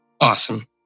Awesome